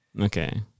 Okay